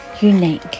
unique